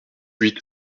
huit